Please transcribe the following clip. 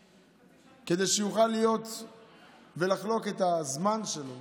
כדי שיוכל להיות ולחלוק את הזמן שלו